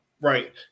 right